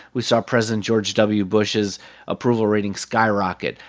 we saw president george w. bush's approval rating skyrocket.